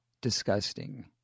disgusting